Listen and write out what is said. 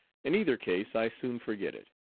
in either case i soon forget it.